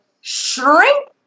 Shrink